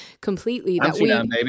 completely